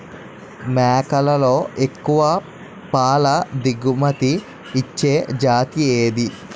మేకలలో ఎక్కువ పాల దిగుమతి ఇచ్చే జతి ఏది?